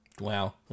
Wow